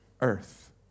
earth